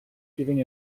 giving